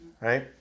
right